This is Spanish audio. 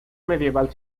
medieval